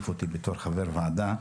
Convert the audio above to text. עו"ד,